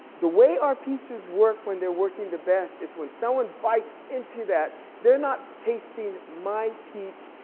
the way our peaches work when they are working the best is when someone bites into that they are not tasting my peach.